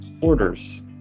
orders